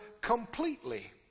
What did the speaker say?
completely